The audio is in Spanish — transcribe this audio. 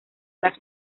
las